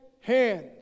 hands